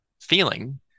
feeling